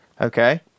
Okay